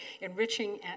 enriching